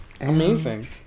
Amazing